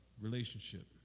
relationship